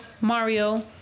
Mario